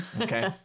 okay